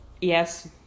yes